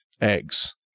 eggs